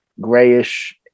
grayish